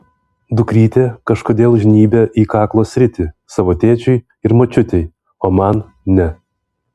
dukrytė kažkodėl žnybia į kaklo sritį savo tėčiui ir močiutei o man ne